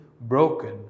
broken